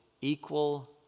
equal